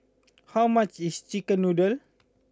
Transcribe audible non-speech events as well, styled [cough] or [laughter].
[noise] how much is Chicken Noodles